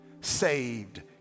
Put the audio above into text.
saved